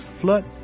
flood